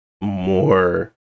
more